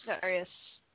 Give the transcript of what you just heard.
various